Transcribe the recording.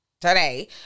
today